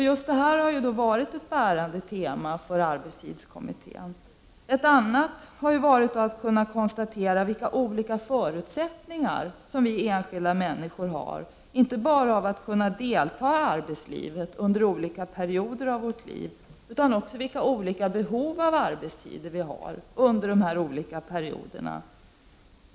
Just det här har varit ett bärande tema för arbetstidskommittén. Ett annat har varit att konstatera vilka olika förutsättningar som vi enskilda människor har, inte bara när det gäller att kunna delta i arbetslivet under olika perioder av vårt liv utan också när det gäller olika behov av arbetstider under de olika perioderna.